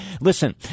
Listen